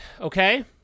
okay